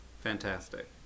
fantastic